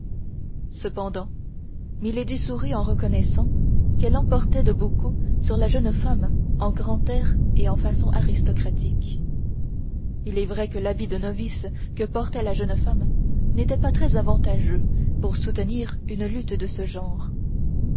cependant milady sourit en reconnaissant qu'elle l'emportait de beaucoup sur la jeune femme en grand air et en façons aristocratiques il est vrai que l'habit de novice que portait la jeune femme n'était pas très avantageux pour soutenir une lutte de ce genre